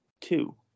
Two